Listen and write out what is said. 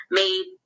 made